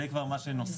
זה כבר מה שנוסף,